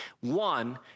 one